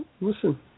Listen